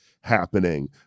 happening